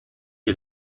die